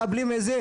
מקבלים את זה,